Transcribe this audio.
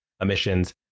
emissions